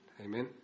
Amen